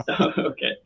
okay